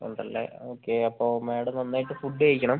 ഉണ്ടല്ലെ okay അപ്പോൾ madam നന്നായിട്ട് food കഴിക്കണം